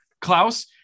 klaus